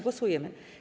Głosujemy.